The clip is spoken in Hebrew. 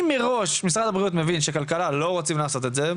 אם מראש משרד הבריאות מבין שמשרד הכלכלה לא רוצים לעשות את זה,